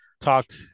talked